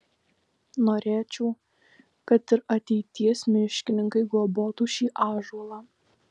norėčiau kad ir ateities miškininkai globotų šį ąžuolą